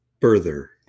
further